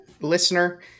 listener